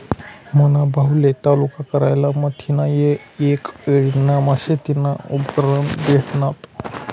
मना भाऊले तालुका कारयालय माथीन येक योजनामा शेतीना उपकरणं भेटनात